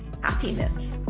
happiness